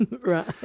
Right